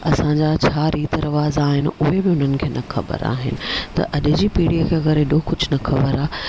असांजा छा रीत रिवाज़ आहिनि उहे बि उन्हनि खे न ख़बरु आहिनि त अॼु जी पीड़ीअ खे अगरि हेॾो कुझु न ख़बरु आहे